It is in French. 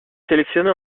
sélectionné